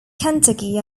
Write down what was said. kentucky